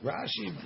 Rashi